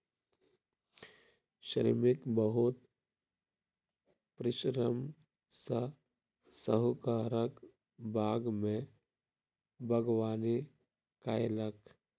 श्रमिक बहुत परिश्रम सॅ साहुकारक बाग में बागवानी कएलक